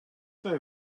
they